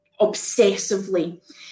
obsessively